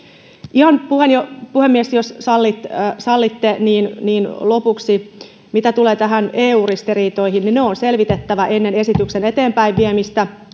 puhemies jos sallitte sallitte niin niin lopuksi mitä tulee eu ristiriitoihin niin ne on selvitettävä ennen esityksen eteenpäin viemistä